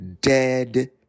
dead